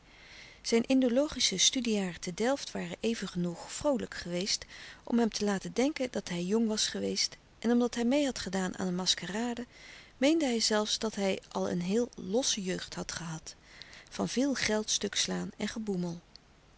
zijne indologische studiejaren te delft waren even genoeg vroolijk geweest om hem te laten denken dat hij jong was geweest en omdat hij meê had gedaan aan een maskerade meende hij zelfs dat hij al een heel losse jeugd had gehad van veel geld stuk slaan en geboemel